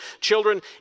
children